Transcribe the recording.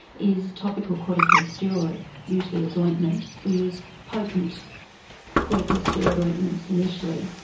is topical corticosteroid, usually as ointment. we use potent corticosteroid ointments initially,